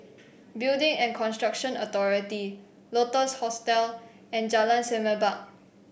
Building and Construction Authority Lotus Hostel and Jalan Semerbak